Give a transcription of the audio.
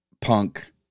Punk